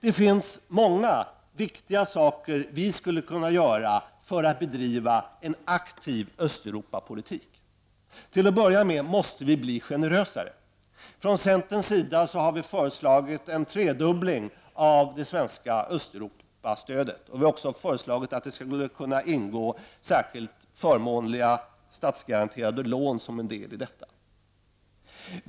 Det finns många viktiga saker som vi skulle kunna göra för att bedriva en aktiv Östeuropapolitik. Till att börja med måste vi bli generösare. Från centerns sida har vi föreslagit en tredubbling av det svenska Östeuropastödet. Vi har också föreslagit att det skall kunna ingå särskilt förmånliga statsgaranterade lån som en del i detta.